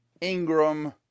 Ingram